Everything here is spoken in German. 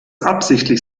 absichtlich